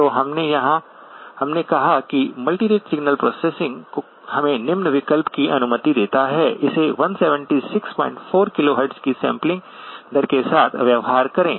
तो हमने कहा कि मल्टीरेट सिग्नल प्रोसेसिंग हमें निम्न विकल्प की अनुमति देता है इसे 1764 KHz की सैंपलिंग दर के साथ व्यवहार करें